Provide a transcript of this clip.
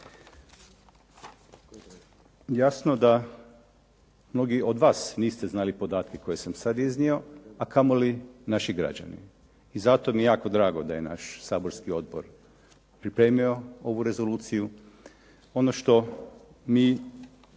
Jasno da mnogi od vas niste znali podatke koje sam sad iznio, a kamo li naši građani i zato mi je jako drago da je naš saborski odbor pripremio ovu rezoluciju. Ono što mi